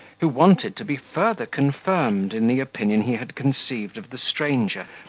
who wanted to be further confirmed in the opinion he had conceived of the stranger,